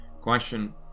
question